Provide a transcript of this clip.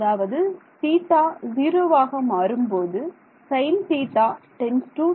அதாவது θ ஜீரோவாக மாறும் போது sin θ → θ